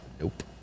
Nope